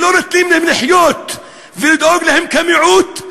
שלא נותנים להם לחיות ולא דואגים להם כמיעוט.